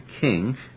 king